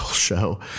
show